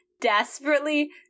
desperately